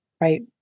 Right